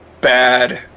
bad